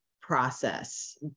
process